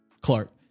Clark